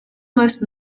most